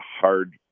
hard